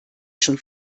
schon